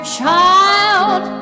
child